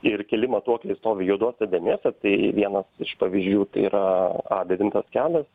ir keli matuokliai stovi juodose dėmėse tai vienas iš pavyzdžių tai yra a devintas kelias